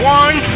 one